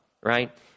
right